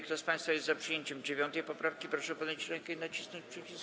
Kto z państwa jest za przyjęciem 9. poprawki, proszę podnieść rękę i nacisnąć przycisk.